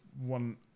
one